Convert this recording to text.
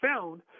found